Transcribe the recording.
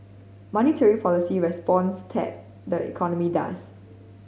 monetary policy responds tat the economy does